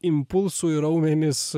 impulsų į raumenis